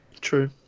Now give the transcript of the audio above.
True